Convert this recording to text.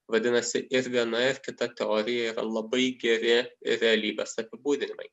vadinasi ir viena ir kita teorija yra labai geri realybės apibūdinimai